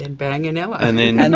and bang, and ella. and then and